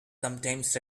sometimes